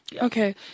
Okay